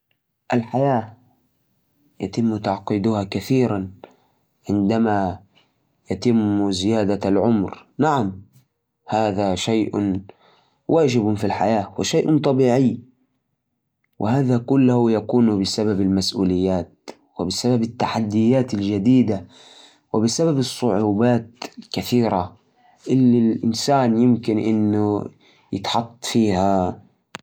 أكيد، بعض الناس يحسون إن الحياة تصير مُعقّدة أكثر مع تقدم العمر. مع زيادة المسؤوليات مثل العمر والأسرة، وتزيد الضغوط والتحديات. كمان، تجارب الحياة، سواء كانت جيدة أو سيئة، تخلي الشخص يتعامل مع مشاعر وأفكار أعمق. لكن في نفس الوقت، مع التعلم والخبرا، يمكن يكتسب الشخص مهارات تساعده يتعامل مع التعقيدات